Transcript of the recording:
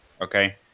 okay